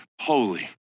holy